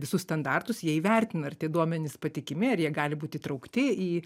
visus standartus jie įvertina ar tie duomenys patikimi ar jie gali būt įtraukti į